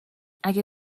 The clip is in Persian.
اگه